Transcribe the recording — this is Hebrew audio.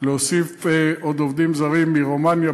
להוסיף עוד עובדים זרים מרומניה,